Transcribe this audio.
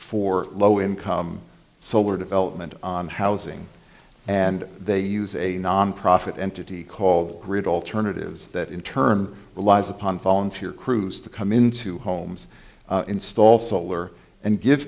for low income so we're development on housing and they use a nonprofit entity called grid alternatives that in turn relies upon volunteer crews to come into homes install solar and give